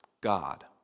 God